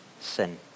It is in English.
sin